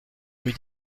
rue